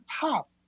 top